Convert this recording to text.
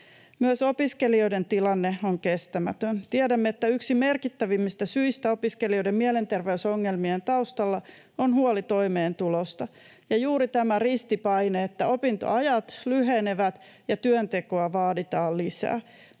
Myös opiskelijoiden tilanne on kestämätön. Tiedämme, että yksi merkittävimmistä syistä opiskelijoiden mielenterveysongelmien taustalla on huoli toimeentulosta ja juuri tämä ristipaine, että opintoajat lyhenevät ja työntekoa vaaditaan lisää.